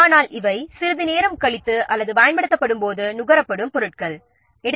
ஆனால் இவை சிறிது நேரம் பயன்படுத்தப்படலாம் அல்லது பயன்படுத்தப்படும்போது நுகரப்படும் பொருட்களாக இருக்கலாம்